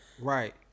right